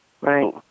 Right